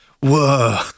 Whoa